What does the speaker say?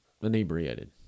inebriated